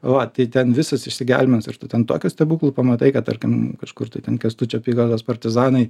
va tai ten visas išsigelbėjimas ir tu ten tokių stebuklų pamatai kad tarkim kažkur tai ten kęstučio apygardos partizanai